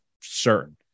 certain